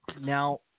now